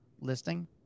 listing